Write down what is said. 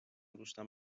دوستم